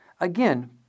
again